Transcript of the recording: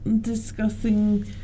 discussing